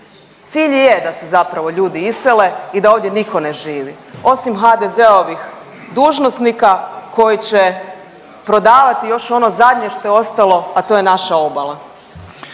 Cilj i je zapravo da se ljudi isele i da ovdje niko ne živi, osim HDZ-ovih dužnosnika koji će prodavati još ono zadnje što je ostalo, a to je naša obala.